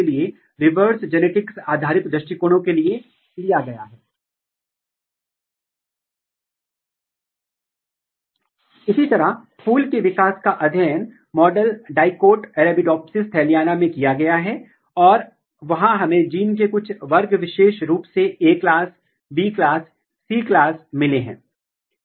तो यह बताता है कि दोनों पुष्पीयकरण के एक्टिवेटर हैं लेकिन अगर आप फ़ुट 10 में CONSTANST का ओवर एक्सप्रेशन लेते हैं तो ft 10 ft म्यूटेंट बैकग्राउंड में CONSTANST पुष्पीयकरण को प्रेरित नहीं कर सकता है जिसका अर्थ है कि CONSTANST महत्वपूर्ण है CONSTANST पुष्पीयकरण को सक्रिय करने में महत्वपूर्ण है लेकिन यह FT के माध्यम से काम कर रहा है